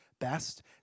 best